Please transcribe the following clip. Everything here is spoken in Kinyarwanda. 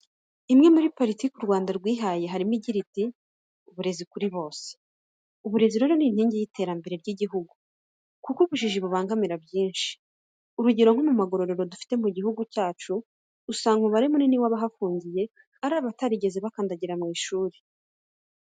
Imwe muri politike u Rwanda rwihaye harimo igira iti" Uburezi kuri bose". Uburezi rero ni inkingi y'iterambere ry'igihugu kuko ubujiji bubangamira byinshi, urugero nko mu magororero dufite mu gihugu cyacu, usanga umubare munini w'abahafungiye ari abatarigeze bakandagira mu ishuri.